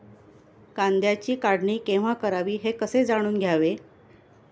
कांद्याची काढणी केव्हा करावी हे कसे जाणून घ्यावे?